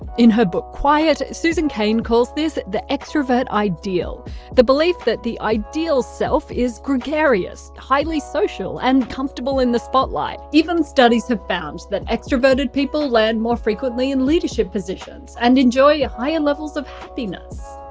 in her book quiet, susan cain calls this the extravert ideal the belief that the ideal self is gregarious, highly social and comfortable in the spotlight. even studies have found that extroverted people land more frequently in leadership positions and enjoy higher levels of happiness.